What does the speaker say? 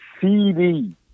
CD